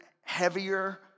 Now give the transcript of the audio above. heavier